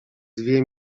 dwie